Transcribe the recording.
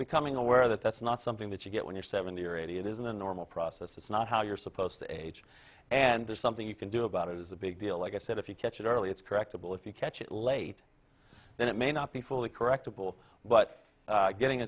becoming aware that that's not something that you get when you're seventy or eighty it isn't a normal process it's not how you're supposed to age and there's something you can do about it is a big deal like i said if you catch it early it's correctable if you catch it late then it may not be fully correctable but getting